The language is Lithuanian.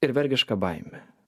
ir vergiška baimė